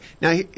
Now